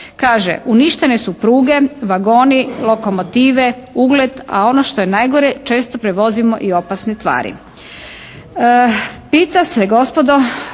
Kaže: «Uništene su pruge, vagoni, lokomotive, ugled a ono što je najgore često prevozimo i opasne tvari.» Pita se gospodo